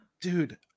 Dude